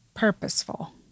Purposeful